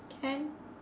can